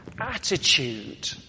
attitude